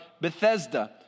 Bethesda